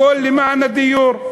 הכול למען הדיור.